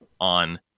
on